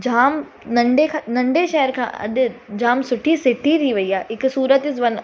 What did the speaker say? जाम नंढे खां नंढे शहर खां अॼु जाम सुठी सिटी थी वई आहे हिकु सूरत इस वन